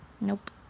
Nope